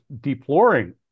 deploring